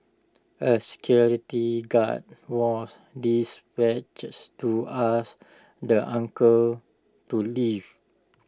A security guard was dispatches to ask the uncle to leave